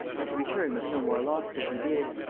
and to return with no more loss than he did.